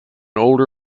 older